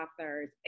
authors